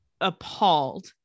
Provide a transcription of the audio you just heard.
appalled